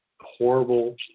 horrible